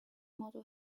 model